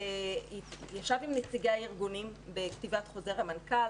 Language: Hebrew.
ישב עם נציגי הארגונים בכתיבת חוזר המנכ"ל,